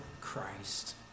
Christ